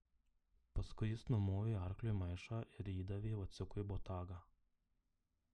paskui jis numovė arkliui maišą ir įdavė vaciukui botagą